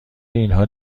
اینها